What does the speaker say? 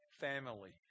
family